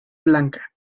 blanca